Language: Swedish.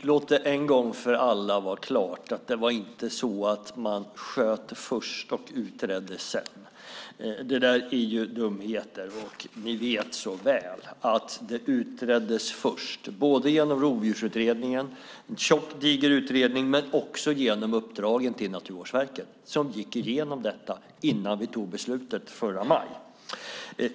Låt det en gång för alla vara klart att det var inte så att man sköt först och utredde sedan. Det där är dumheter, och vi vet så väl att det utreddes först, både genom Rovdjursutredningen som var en tjock, diger utredning, men också genom uppdragen till Naturvårdsverket som gick igenom detta innan vi tog beslutet i maj förra året.